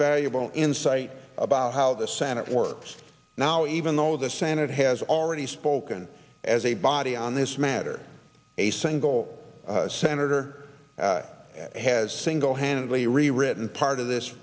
valuable insight about how the senate works now even though the senate has already spoken as a body on this matter a single senator has single handedly rewritten part of this